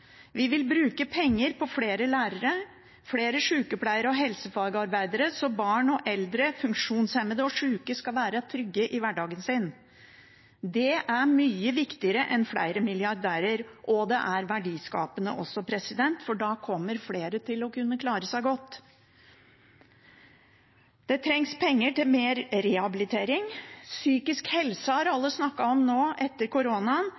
Vi vil bruke penger på flere lærere og på flere sykepleiere og helsefagarbeidere, så barn og eldre, funksjonshemmede og syke skal være trygge i hverdagen sin. Det er mye viktigere enn flere milliardærer, og det er også verdiskapende, for da kommer flere til å kunne klare seg godt. Det trengs penger til mer rehabilitering. Psykisk helse har alle snakket om nå etter koronaen,